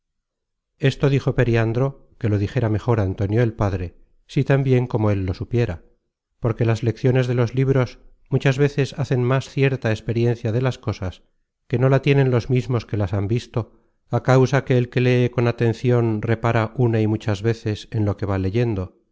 venimos á verte content from google book search generated at si tan bien como él lo supiera porque las lecciones de los libros muchas veces hacen más cierta experiencia de las cosas que no la tienen los mismos que las han visto a causa que el que lee con atencion repara una y muchas veces en lo que va leyendo